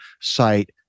site